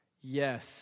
Yes